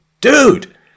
Dude